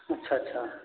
अच्छा अच्छा